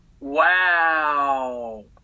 Wow